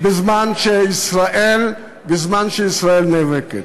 בזמן שישראל נאבקת.